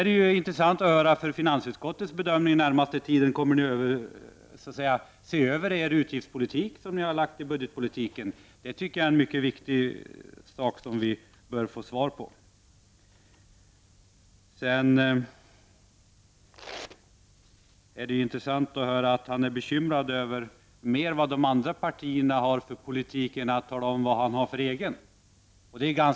Det är intressant att höra att finansutskottet under den närmaste tiden kommer att se över utgiftspolitiken i det framlagda budgetförslaget. Jag tycker att det är mycket viktigt att vi får en sådan bedömning. Det var också intressant att höra att finansministern är mer bekymrad över vad de andra partierna har för politik än han är angelägen om att tala om vilken egen politik han har.